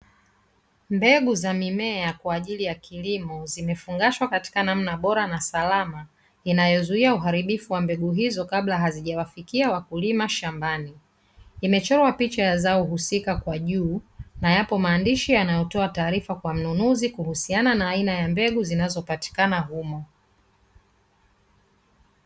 Mbegu za mimea kwa ajili ya kilimo zimefungashwa katika namna bora na salama, inayozuia uharibifu wa mbegu hizo kabla hazijawafikia wakulima shambani. Imechorwa picha ya zao husika kwa juu na yapo maandishi yanayotoa taarifa kwa mnunuzi kuhusiana na aina ya mbegu zinazopatikana humo.